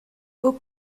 aux